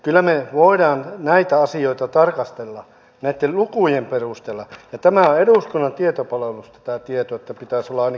kyllä me voimme näitä asioita tarkastella näitten lukujen perusteella ja tämä tieto on eduskunnan tietopalvelusta niin että pitäisi olla ainakin puolueeton